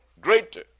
greater